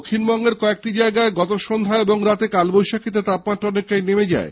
দক্ষিণবঙ্গের কয়েকটি জেলায় গতসন্ধ্যায় ও রাতে কালবৈশাখীতে তাপমাত্রা অনেকটাই নেমে যায়